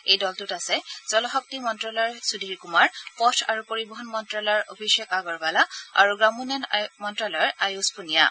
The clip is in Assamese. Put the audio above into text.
এই দলটোত আছে জলশক্তি মন্ত্যালয়ৰ সুধিৰ কুমাৰ পথ আৰু পৰিবহন মন্ত্যালয়ৰ অভিযেক আগৰৱালা আৰু গ্ৰামোন্নয়ন মন্ত্যালয়ৰ আয়ুস পুনিয়া